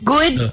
Good